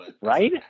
Right